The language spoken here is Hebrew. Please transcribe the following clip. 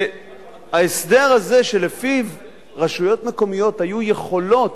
ההסדר הזה, שלפיו רשויות מקומיות היו יכולות,